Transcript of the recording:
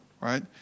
Right